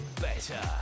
better